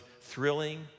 thrilling